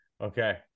Okay